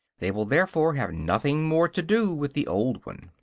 they will therefore have nothing more to do with the old one.